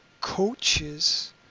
coaches